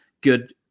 good